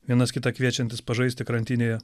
vienas kitą kviečiantis pažaisti krantinėje